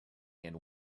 and